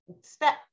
step